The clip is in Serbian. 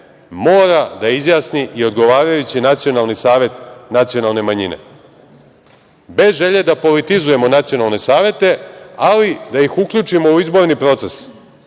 mora da izjasni i odgovarajući nacionalni savet nacionalne manjine. Bez želje da politizujemo nacionalne savete, ali da ih uključimo u izborni proces,